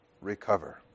recover